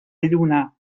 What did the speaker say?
lluna